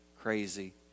crazy